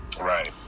right